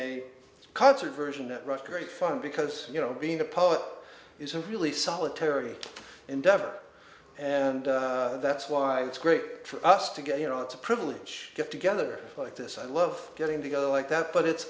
a concert version that rockery fun because you know being a poet is a really solitary endeavor and that's why it's great for us to get you know it's a privilege get together like this i love getting to go like that but it's